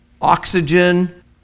oxygen